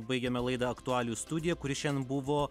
baigėmė laidą aktualijų studija kuri šiandien buvo